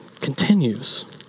continues